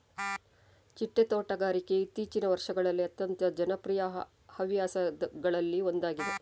ಚಿಟ್ಟೆ ತೋಟಗಾರಿಕೆಯು ಇತ್ತೀಚಿಗಿನ ವರ್ಷಗಳಲ್ಲಿ ಅತ್ಯಂತ ಜನಪ್ರಿಯ ಹವ್ಯಾಸಗಳಲ್ಲಿ ಒಂದಾಗಿದೆ